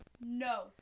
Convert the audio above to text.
No